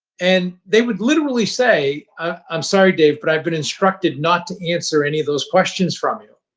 and they would literally say, i'm sorry, david, but i've been instructed not to answer any of those questions from you.